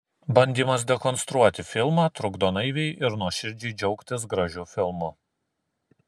bandymas dekonstruoti filmą trukdo naiviai ir nuoširdžiai džiaugtis gražiu filmu